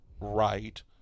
right